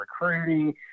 recruiting